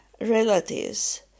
relatives